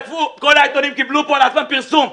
כל העיתונים קיבלו פה על עצמם פרסום.